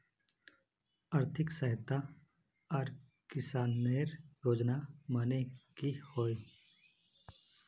आर्थिक सहायता आर किसानेर योजना माने की होय?